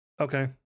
Okay